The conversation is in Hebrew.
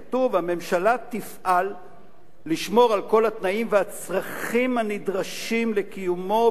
כתוב: הממשלה תפעל לשמור על כל התנאים והצרכים הנדרשים לקיומו,